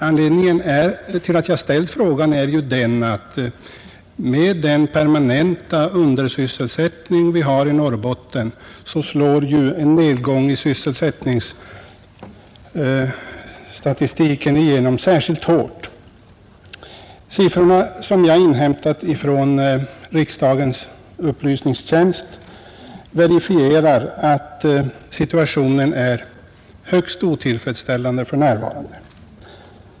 Anledningen till att jag ställde frågan är ju att med den permanenta undersysselsättning vi har i Norrbotten slår en nedgång i sysselsättningsstatistiken igenom särskilt hårt där. De siffror som jag inhämtat från riksdagens upplysningstjänst verifierar att situationen är högst otillfredsställande för närvarande.